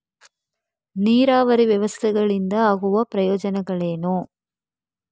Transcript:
ನೀರಾವರಿ ವ್ಯವಸ್ಥೆಗಳಿಂದ ಆಗುವ ಪ್ರಯೋಜನಗಳೇನು?